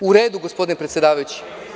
U redu, gospodine predsedavajući.